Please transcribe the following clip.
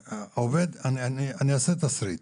אני אעשה תסריט,